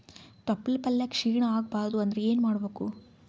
ತೊಪ್ಲಪಲ್ಯ ಕ್ಷೀಣ ಆಗಬಾರದು ಅಂದ್ರ ಏನ ಮಾಡಬೇಕು?